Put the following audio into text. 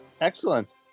excellent